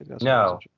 No